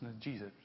Jesus